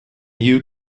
you